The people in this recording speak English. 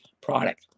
product